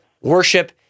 worship